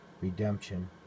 redemption